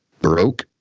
baroque